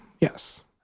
yes